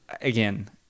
again